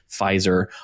Pfizer